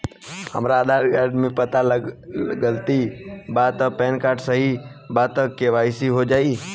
हमरा आधार कार्ड मे पता गलती बा त पैन कार्ड सही बा त के.वाइ.सी हो जायी?